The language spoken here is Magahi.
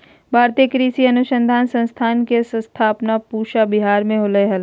भारतीय कृषि अनुसंधान संस्थान के स्थापना पूसा विहार मे होलय हल